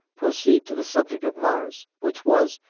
proceed to the subject of mars, which was,